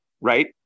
right